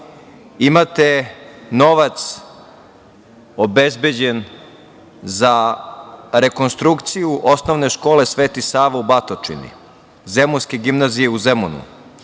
imate novac obezbeđen za rekonstrukciju Osnovne škole „Sveti Sava“ u Batočini, „Zemunske gimnazije“ u Zemunu,